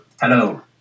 Hello